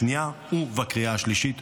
פתרונות ----- וזו הזדמנות לשבח אותם,